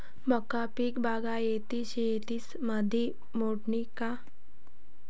मका पीक बागायती शेतीमंदी मोडीन का?